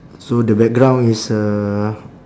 so the background is a